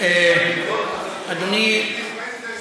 אדוני,